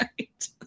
right